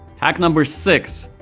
hack number six,